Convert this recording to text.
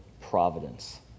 providence